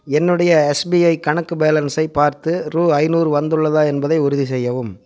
என்னுடைய எஸ்பிஐ கணக்கு பேலன்ஸை பார்த்து ரூ ஐநூறு வந்துள்ளதா என்பதை உறுதிசெய்யவும்